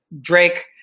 Drake